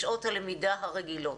בשעות הלמידה הרגילות.